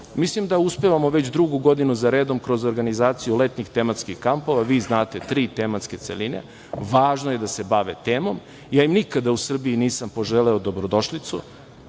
tome. Mislim da uspevamo već drugu godinu zaredom kroz organizaciju letnjih tematskih kampova, vi znate tri tematske celine, važno je da se bave temom i ja im nikada u Srbiji nisam poželeo dobrodošlicu,